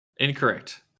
Incorrect